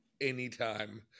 anytime